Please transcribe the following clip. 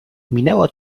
minęło